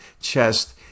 chest